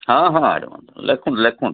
ହଁ ହଁ ଆଡ଼ଭାନ୍ସ୍ ଲେଖନ୍ତୁ ଲେଖନ୍ତୁ